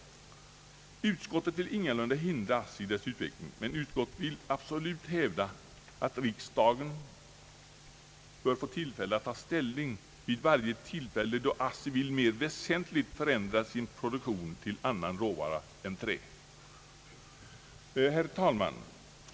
Utskottet vill ingalunda hindra ASSI i dess utveckling, men utskottet vill absolut hävda att riksdagen bör få möjlighet att ta ställning vid varje tillfälle då ASSI mer väsentligt vill förändra sin produktion till annan råvara än trä. Herr talman!